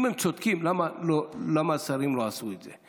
אם הם צודקים, למה השרים לא עשו את זה?